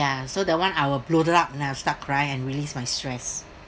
ya so the one I will bloated up and then I start crying and release my stress